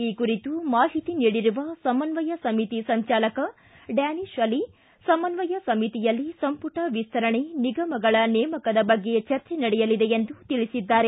ಈ ಕುರಿತು ಮಾಹಿತಿ ನೀಡಿರುವ ಸಮನ್ವಯ ಸಮಿತಿ ಸಂಚಾಲಕ ಡ್ಯಾನಿತ್ ಅಲಿ ಸಮನ್ವಯ ಸಮಿತಿಯಲ್ಲಿ ಸಂಮಟ ವಿಸ್ತರಣೆ ನಿಗಮಗಳ ನೇಮಕದ ಬಗ್ಗೆ ಚರ್ಚೆ ನಡೆಯಲಿದೆ ಎಂದು ತಿಳಿಸಿದ್ದಾರೆ